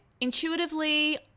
Intuitively